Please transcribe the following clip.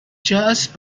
just